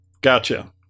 Gotcha